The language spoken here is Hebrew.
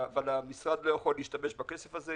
אבל המשרד לא יכול להשתמש בכסף הזה.